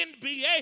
NBA